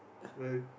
will